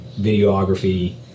videography